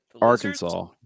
Arkansas